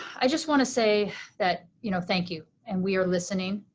i just wanna say that you know thank you and we are listening,